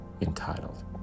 entitled